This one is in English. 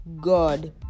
God